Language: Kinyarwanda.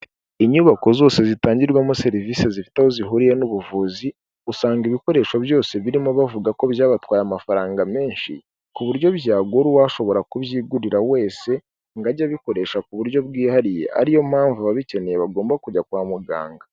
Inyubako zose zitangirwamo serivisi zifite aho zihuriye n'ubuvuzi, usanga ibikoresho byose birimo bavuga ko byabatwaye amafaranga menshi ku buryo byagura uwashobora kubyigurira wese ngo ajye abikoresha ku buryo bwihariye ari yo mpamvu ababikeneye bagomba kujya kwa muganga.